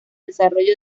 desarrollo